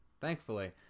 Thankfully